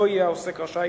לא יהיה העוסק רשאי